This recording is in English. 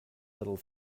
little